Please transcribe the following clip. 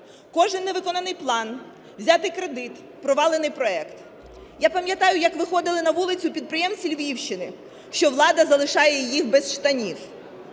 кожен не виконаний план, взятий кредит, провалений проект. Я пам'ятаю, як виходили на вулицю підприємці Львівщини, що влада залишає їх без штанів.